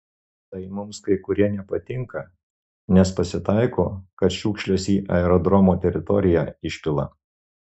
tai mums kai kurie nepatinka nes pasitaiko kad šiukšles į aerodromo teritoriją išpila